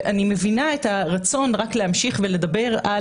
אני מבינה את הרצון רק להמשיך ולדבר על